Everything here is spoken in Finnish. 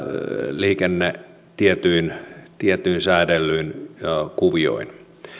liikenne tietyin tietyin säädellyin kuvioin